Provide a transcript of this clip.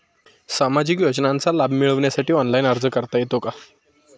सामाजिक योजनांचा लाभ मिळवण्यासाठी ऑनलाइन अर्ज करता येतो का?